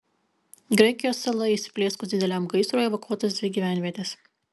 graikijos saloje įsiplieskus dideliam gaisrui evakuotos dvi gyvenvietės